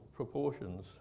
proportions